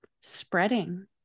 spreading